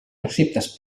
receptes